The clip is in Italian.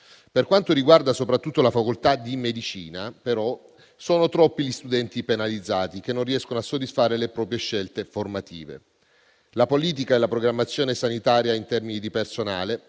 Per quanto riguarda però soprattutto la facoltà di medicina, sono troppi gli studenti penalizzati che non riescono a soddisfare le proprie scelte formative. La politica e la programmazione sanitaria in termini di personale